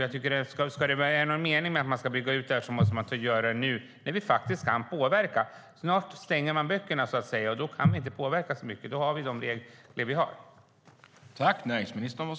Om det ska vara någon mening med att bygga ut här måste det göras nu när vi kan påverka, för snart stänger man böckerna så att säga. Då kan vi inte påverka så mycket, utan då har vi de regler vi har.